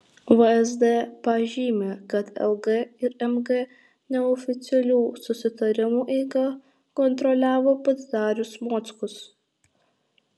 vsd pažymi kad lg ir mg neoficialių susitarimų eigą kontroliavo pats darius mockus